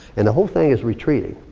and the whole thing is retreating.